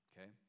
Okay